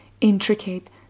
intricate